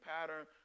pattern